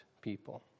people